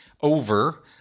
over